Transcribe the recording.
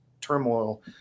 turmoil